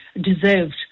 deserved